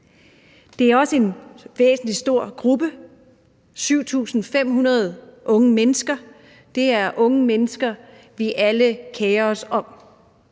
Det er jo også en stor gruppe, nemlig 7.500 unge mennesker. Det er unge mennesker, vi alle kerer os om.